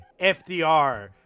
FDR